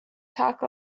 talk